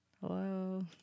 Hello